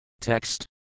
Text